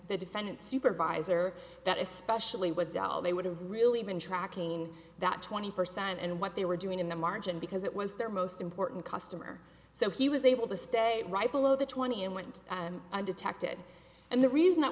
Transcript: the defendants supervisor that especially with dell they would have really been tracking that twenty percent and what they were doing in the margin because it was their most important customer so he was able to stay right below the twenty and went undetected and the reason that